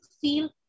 feel